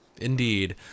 Indeed